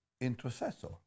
intercessor